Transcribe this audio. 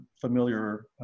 familiar